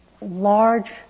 large